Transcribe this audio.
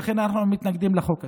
ולכן אנחנו מתנגדים לחוק הזה.